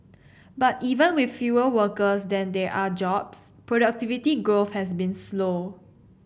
but even with fewer workers than there are jobs productivity growth has been slow